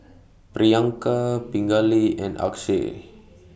Priyanka Pingali and Akshay